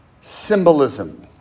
symbolism